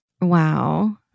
Wow